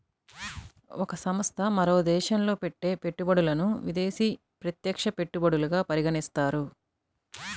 ఒక సంస్థ మరో దేశంలో పెట్టే పెట్టుబడులను విదేశీ ప్రత్యక్ష పెట్టుబడులుగా పరిగణిస్తారు